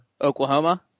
Oklahoma